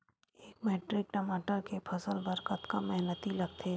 एक मैट्रिक टमाटर के फसल बर कतका मेहनती लगथे?